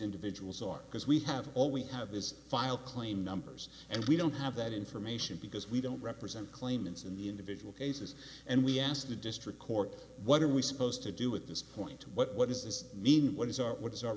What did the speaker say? individuals are because we have all we have is file claim numbers and we don't have that information because we don't represent claimants in the individual cases and we asked the district court what are we supposed to do with this point what does this mean what is our what is our